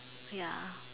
ya